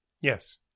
Yes